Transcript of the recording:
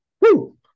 Woo